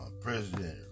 President